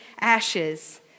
ashes